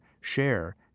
share